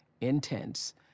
intense